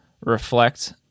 reflect